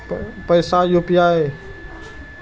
पैसा यू.पी.आई?